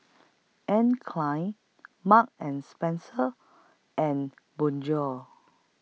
Anne Klein Marks and Spencer and Bonjour